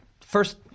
first